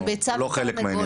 זה ביצה ותרנגולת.